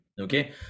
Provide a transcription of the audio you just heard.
okay